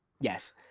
yes